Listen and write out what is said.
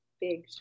big